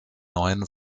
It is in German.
neuen